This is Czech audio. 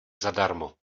zadarmo